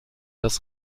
das